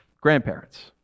Grandparents